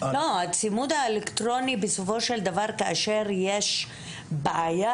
הצימוד האלקטרוני, בסופו של דבר כאשר יש בעיה,